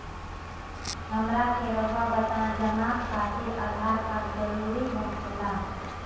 हमरा के रहुआ बताएं जमा खातिर आधार कार्ड जरूरी हो खेला?